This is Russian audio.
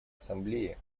ассамблеи